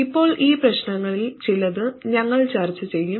ഇപ്പോൾ ഈ പ്രശ്നങ്ങളിൽ ചിലത് ഞങ്ങൾ ചർച്ച ചെയ്യും